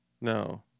No